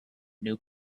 new